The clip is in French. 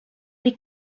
les